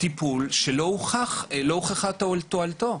טיפול שלא הוכחה תועלתו.